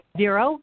zero